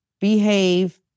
behave